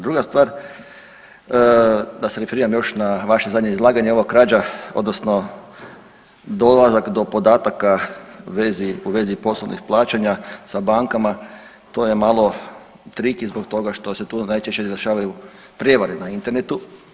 Druga stvar, da se referiram još na vaše zadnje izlaganje, ova krađa odnosno dolazak do podataka u vezi poslovnih plaćanja sa bankama to je malo triki i zbog toga što se tu najčešće dešavaju prijevare na internetu.